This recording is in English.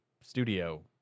Studio